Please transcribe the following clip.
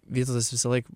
vytautas visąlaik